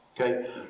okay